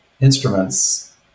instruments